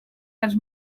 dels